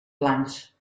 blancs